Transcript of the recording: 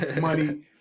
money